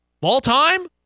All-time